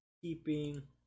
keeping